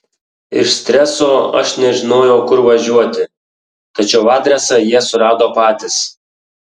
iš streso aš nežinojau kur važiuoti tačiau adresą jie surado patys